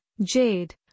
jade